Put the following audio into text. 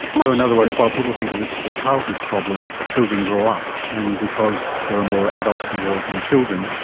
so in other words while people think of this as a childhood problem, children grow up. and because there are more adults in the world than children,